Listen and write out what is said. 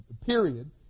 period